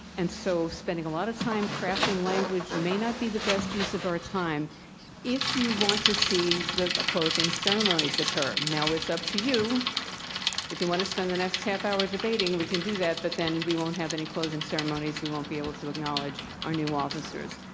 and so spending a lot of time crafting language may not be the best use of our time if you want to see the closing ceremonies occur. now, it's up to you if you want to spend the next half hour debating. we can do that, but then we won't have any closing ceremonies. we won't be able to acknowledge our new officers.